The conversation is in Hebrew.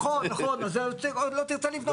נכון, אז לא תרצה לבנות.